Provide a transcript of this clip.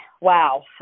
Wow